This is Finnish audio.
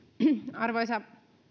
arvoisa